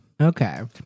okay